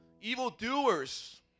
evildoers